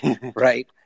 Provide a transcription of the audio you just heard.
right